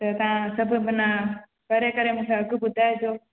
त तव्हां सभु मना करे करे मूंखे अघि ॿुधाइजो